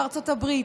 בארצות הברית,